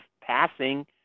passing